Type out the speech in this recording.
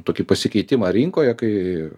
tokį pasikeitimą rinkoje kai